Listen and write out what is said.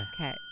Okay